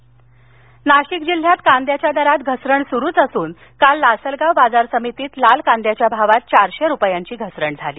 कांदा नाशिक नाशिक जिल्ह्यात कांद्याच्या दरात घसरण सुरूच असून काल लासलगाव बाजार समितीत लाल कांद्याच्या भावात चारशे रूपयांनी घसरण झाली